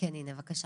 הינה בבקשה.